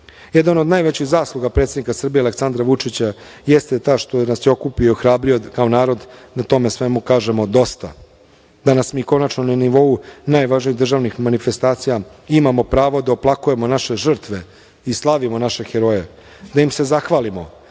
od najvećih zasluga predsednika Srbije Aleksandra Vučića jeste ta što nas je okupio i ohrabrio kao narod da tome svemu kažemo dosta. Danas, mi konačno na nivou najvažnijih državnih manifestacija imamo pravo da oplakujemo naše žrtve i slavimo naše heroje, da im se zahvalimo,